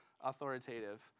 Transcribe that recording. authoritative